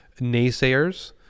naysayers